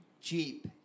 Jeep